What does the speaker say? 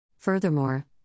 Furthermore